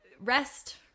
rest